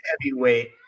heavyweight